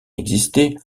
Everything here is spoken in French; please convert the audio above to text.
existé